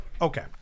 okay